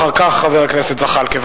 אחר כך, חבר הכנסת זחאלקה.